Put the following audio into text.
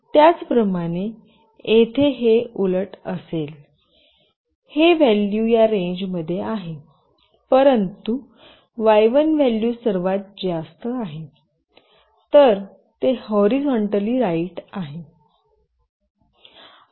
त्याचप्रमाणे येथे हे उलट असेल हे व्हॅल्यू या रेंजमध्ये आहे परंतु y1 व्हॅल्यू सर्वात जास्त आहे तर ते हॉरीझॉन्टली राइट आहे